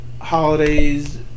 holidays